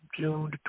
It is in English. June